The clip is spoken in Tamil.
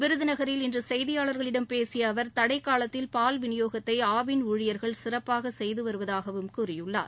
விருதுநகில் இன்று செய்தியாள்களிடம் பேசிய அவா் தடைக்னலத்தில் பால் விநியோகத்தை ஆவின் ஊழியர்கள் சிறப்பாக செய்து வருவதாகவும் கூறியுள்ளார்